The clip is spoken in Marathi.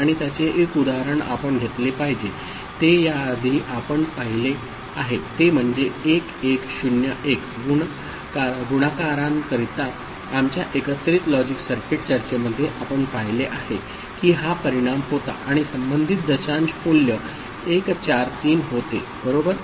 आणि त्याचे एक उदाहरण आपण घेतले पाहिजे ते या आधी आपण पाहिले आहे ते म्हणजे 1 1 0 1 गुणकांकरिता आमच्या एकत्रित लॉजिक सर्किट चर्चेमध्ये आपण पाहिले आहे की हा परिणाम होता आणि संबंधित दशांश मूल्य 143 होते बरोबर